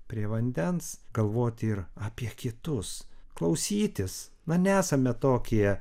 prie vandens galvoti ir apie kitus klausytis na nesame tokie